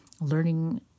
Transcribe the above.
learning